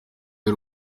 y’u